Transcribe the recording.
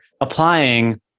applying